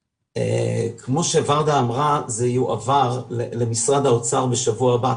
כמו שוורדה אמרה זה יועבר למשרד האוצר בשבוע הבא,